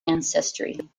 ancestry